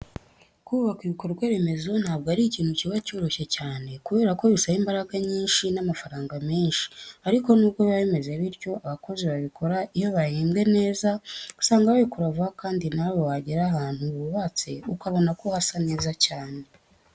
Kubaka ibikorwa remezo ntabwo ari ikintu kiba cyoroshye cyane kubera ko bisaba imbaraga nyinshi n'amafaranga menshi, ariko nubwo biba bimeze bityo, abakozi babikora iyo bahembwe neza usanga babikora vuba kandi nawe wagera ahantu bubatse ukabona ko hasa neza cyane.